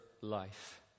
life